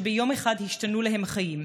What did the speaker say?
שביום אחד השתנו להן החיים,